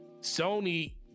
sony